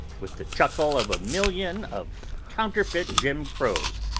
with the chuckle of a million of counterfeit jim crows,